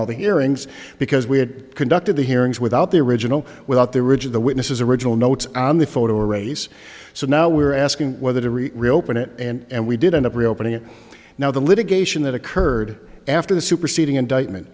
all the hearings because we had conducted the hearings without the original without the ridge of the witnesses original notes on the photo arrays so now we're asking whether to read reopen it and we did end up reopening it now the litigation that occurred after the superseding indictment